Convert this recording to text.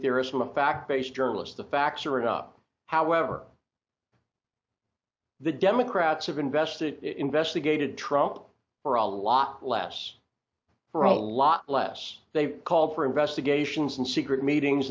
theorist i'm a fact based journalist the facts are and up however the democrats have invested investigated trump for a lot less for a lot less they've called for investigations and secret meeting